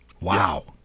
Wow